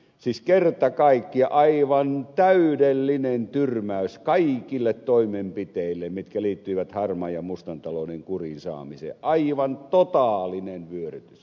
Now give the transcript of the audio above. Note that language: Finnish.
siis kerta kaikkiaan aivan täydellinen tyrmäys kaikille toimenpiteille jotka liittyivät harmaan ja mustan talouden kuriinsaamiseen aivan totaalinen vyörytys